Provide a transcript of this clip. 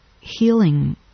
healing